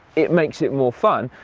it makes it more fun.